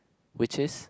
which is